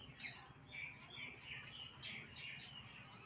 काईटोसनेर इस्तमाल दवा बनव्वार त न कराल जा छेक